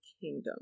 kingdom